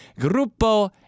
Grupo